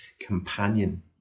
companion